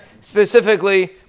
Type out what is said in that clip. specifically